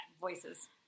voices